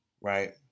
right